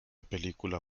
película